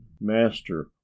master